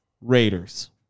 Raiders